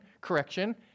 correction